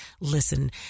listen